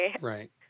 Right